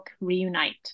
reunite